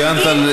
חבר הכנסת יונה,